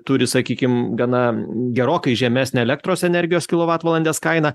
turi sakykim gana gerokai žemesnę elektros energijos kilovatvalandės kainą